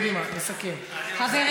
חברים,